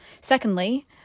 Secondly